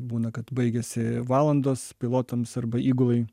būna kad baigiasi valandos pilotams arba įgulai